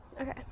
Okay